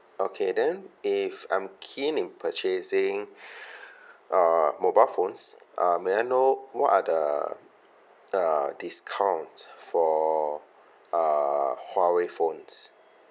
okay then if I'm keen in purchasing uh mobile phones uh may I know what are the uh discount for uh Huawei phones